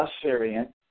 Assyrian